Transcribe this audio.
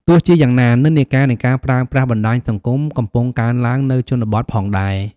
ទោះជាយ៉ាងណា និន្នាការនៃការប្រើប្រាស់បណ្ដាញសង្គមកំពុងកើនឡើងនៅជនបទផងដែរ។